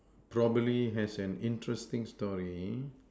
probably has an interesting story